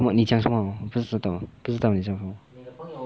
你讲什么我不知道不知道你讲什么